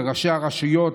לראשי הרשויות,